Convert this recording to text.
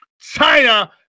China